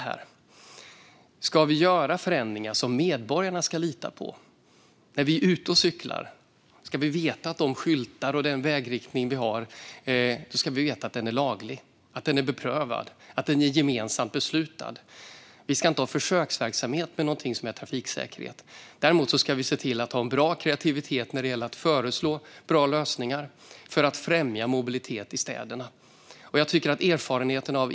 Vi ska göra förändringar som medborgarna kan lita på när de är ute och cyklar. Man ska veta att skyltar och vägriktningar är lagliga, beprövade och gemensamt beslutade. Vi ska inte ha försöksverksamhet när det gäller trafiksäkerhet. Däremot ska vi se till att ha en bra kreativitet när det gäller att föreslå bra lösningar för att främja mobilitet i städerna.